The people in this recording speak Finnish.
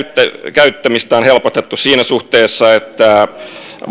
käyttämistä on helpotettu siinä suhteessa että